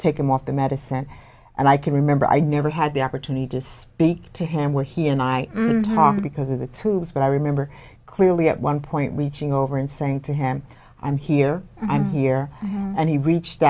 take him off the medicine and i can remember i never had the opportunity to speak to him when he and i talked because of its hooves but i remember clearly at one point reaching over and saying to him i'm here i'm here and he reached